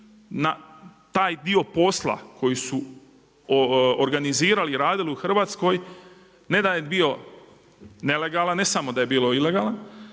na taj dio posla koji su organizirali i radili u Hrvatskoj, ne da je bio nelegalan, ne samo da je bilo ilegalan,